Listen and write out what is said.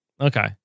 okay